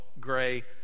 Gray